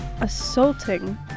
assaulting